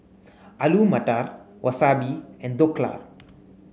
Alu Matar Wasabi and Dhokla